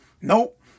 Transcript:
Nope